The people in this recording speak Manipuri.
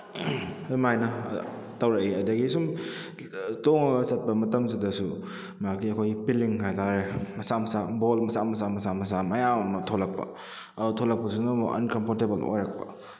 ꯑꯗꯨꯝꯃꯥꯏꯅ ꯇꯧꯔꯛꯏ ꯑꯗꯨꯗꯒꯤ ꯑꯁꯨꯝ ꯇꯣꯡꯉꯒ ꯆꯠꯄ ꯃꯇꯝꯁꯤꯗꯁꯨ ꯃꯥꯒꯤ ꯑꯩꯈꯣꯏꯒꯤ ꯄꯤꯂꯤꯡ ꯍꯥꯏꯇꯥꯔꯦ ꯃꯆꯥ ꯃꯆꯥ ꯕꯣꯜ ꯃꯆꯥ ꯃꯆꯥ ꯃꯆꯥ ꯃꯆꯥ ꯃꯌꯥꯝ ꯑꯃ ꯊꯣꯛꯂꯛꯄ ꯑꯗꯨ ꯊꯣꯛꯂꯛꯄꯁꯤꯅꯃꯨꯛ ꯑꯟꯀꯝꯐꯣꯔꯇꯦꯕꯜ ꯑꯣꯏꯔꯛꯄ